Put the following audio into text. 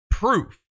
proof